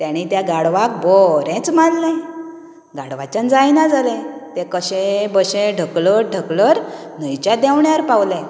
तेणी त्या गाडवाक बरेंच मारलें गाडवाच्यान जायना जालें तें कशेय भशेन ढकलत ढकलत न्हंयच्या देवण्यार पावलें